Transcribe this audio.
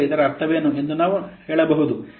ಈಗ ಇದರ ಅರ್ಥವೇನು ಎಂದು ನಾವು ಹೇಳೆಬಹುದು